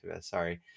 sorry